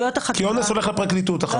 כי אונס הולך לפרקליטות אחר כך.